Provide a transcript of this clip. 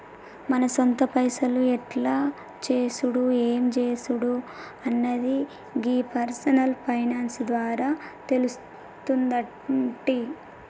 మన సొంత పైసలు ఎట్ల చేసుడు ఎం జేసుడు అన్నది గీ పర్సనల్ ఫైనాన్స్ ద్వారా తెలుస్తుందంటి